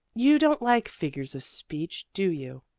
you don't like figures of speech, do you?